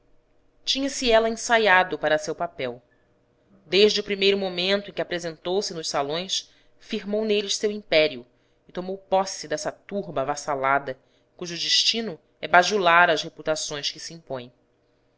sociedade tinha-se ela ensaiado para seu papel desde o primeiro momento em que apresentou-se nos salões firmou neles seu império e tomou posse dessa turba avassalada cujo destino é bajular as reputações que se impõem